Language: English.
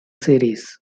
series